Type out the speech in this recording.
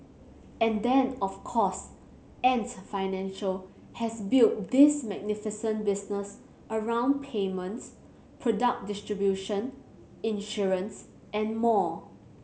and then of course Ant Financial has built this magnificent business around payments product distribution insurance and more